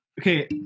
Okay